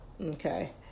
Okay